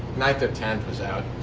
ninth or tenth was out.